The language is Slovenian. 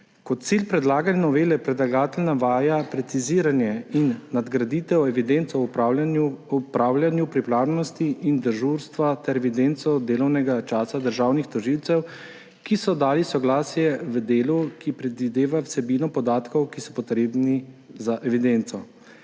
Kot cilj predlagane novele predlagatelj navaja preciziranje in nadgraditev evidence o opravljanju pripravljenosti in dežurstva ter evidence delovnega časa državnih tožilcev, ki so dali soglasje v delu, ki predvideva vsebino podatkov, ki so potrebni za evidenco.